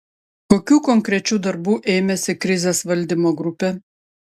kokių konkrečių darbų ėmėsi krizės valdymo grupė